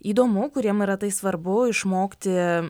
įdomu kuriem yra tai svarbu išmokti